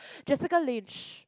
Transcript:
Jessica-Lange